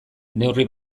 neurri